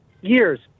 years